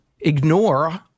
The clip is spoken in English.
ignore